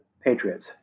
Patriots